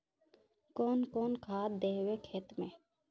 कौन कौन खाद देवे खेत में?